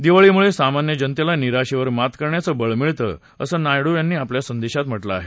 दिवाळीमुळे सामान्य जनतेला निराशेवर मात करण्याचं बळ मिळतं असं नायडू यांनी आपल्या संदेशात म्हटलं आहे